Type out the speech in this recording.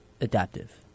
adaptive